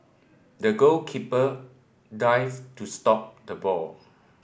the goalkeeper dived to stop the ball